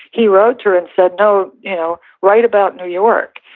he wrote to her and said, no, you know write about new york.